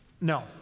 No